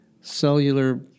cellular